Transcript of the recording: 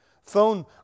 phone